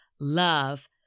love